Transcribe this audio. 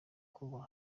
ubwoba